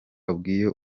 abwiye